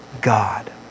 God